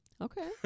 Okay